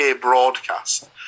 broadcast